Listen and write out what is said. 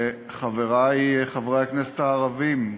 וחברי חברי הכנסת הערבים,